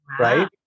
Right